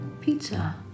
pizza